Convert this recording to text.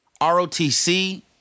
ROTC